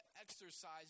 exercise